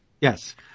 Yes